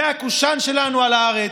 זה הקושאן שלנו על הארץ,